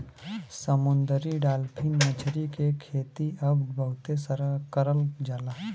समुंदरी डालफिन मछरी के खेती अब बहुते करल जाला